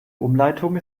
umleitung